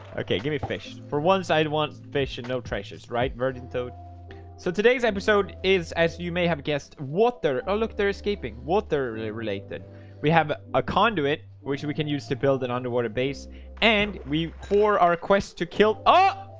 okay, give me fish for once i want they should know treasures right virgin toad so today's episode is as you may have guessed water. oh, look, they're escaping water really related we have a conduit we can use to build an underwater base and we for our quest to kill up